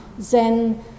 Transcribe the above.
Zen